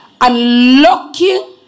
unlocking